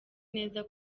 neza